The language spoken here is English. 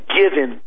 given